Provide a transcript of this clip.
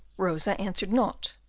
rosa answered not.